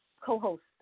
co-host